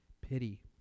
pity